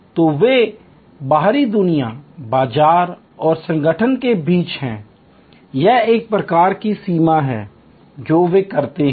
तो वे बाहरी दुनिया बाजार और संगठन के बीच हैं यह एक प्रकार की सीमा है जो वे करते हैं